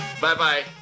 Bye-bye